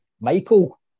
Michael